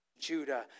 Judah